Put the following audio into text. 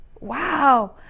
Wow